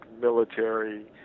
military